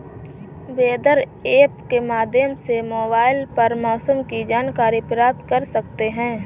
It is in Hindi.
वेदर ऐप के माध्यम से मोबाइल पर मौसम की जानकारी प्राप्त कर सकते हैं